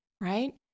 Right